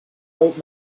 old